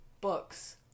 books